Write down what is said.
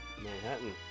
Manhattan